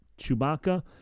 Chewbacca